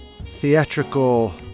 theatrical